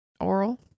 Oral